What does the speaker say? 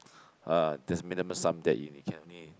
uh there's minimum sum that you can only